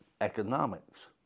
economics